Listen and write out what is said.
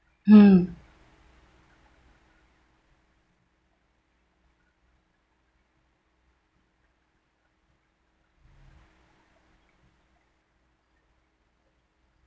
mm